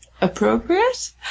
appropriate